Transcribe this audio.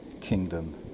kingdom